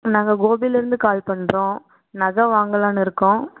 நாங்கள் கோபிலிருந்து கால் பண்ணுறோம் நகை வாங்களானு இருக்கோம்